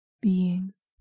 beings